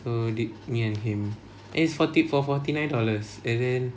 so only me and him and it's forty for forty nine dollars and then